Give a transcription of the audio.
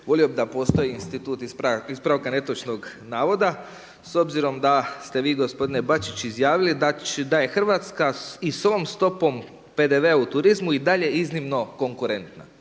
Volio bi da postoji institut ispravka netočnog navoda s obzirom da ste vi gospodine Bačić izjavili da je Hrvatska i s ovom stopom PDV-a u turizmu i dalje iznimno konkurentna.